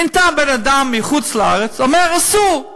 מינתה בן-אדם מחוץ-לארץ שאמר: אסור.